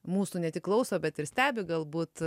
mūsų ne tik klauso bet ir stebi galbūt